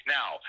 now